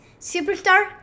Superstar